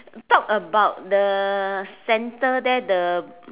talk about the center there the